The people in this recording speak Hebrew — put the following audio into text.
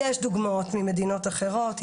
יש דוגמאות ממדינות אחרות,